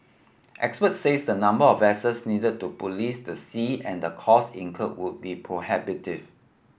experts says the number of vessels needed to police the sea and costs incurred would be prohibitive